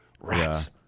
Rats